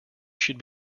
should